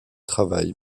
travail